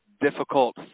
difficult